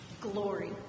glory